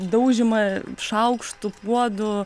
daužymą šaukštų puodų